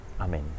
Amen